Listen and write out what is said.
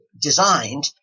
designed